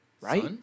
Right